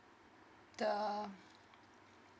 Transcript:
the